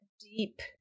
deep